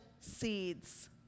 seeds